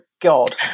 god